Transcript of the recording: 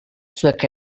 zuek